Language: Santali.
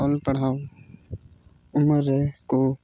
ᱚᱞ ᱯᱟᱲᱦᱟᱣ ᱩᱢᱮᱨ ᱨᱮᱠᱚ